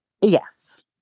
Yes